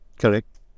Correct